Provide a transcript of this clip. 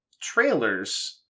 trailers